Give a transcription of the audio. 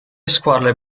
squadre